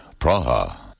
Praha